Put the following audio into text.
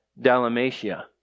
Dalmatia